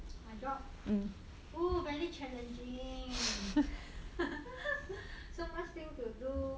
my job oh very challenging ha ha so much thing to do